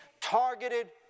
targeted